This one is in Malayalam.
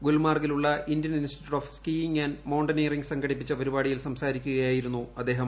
ഗുൽമാർഗിലുള്ള Indian institute of skiing and mountaineering സംഘടിപ്പിച്ച പരിപാടിയിൽ സംസാരിക്കുകയായിരുന്നു് അദ്ദേഹം